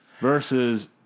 versus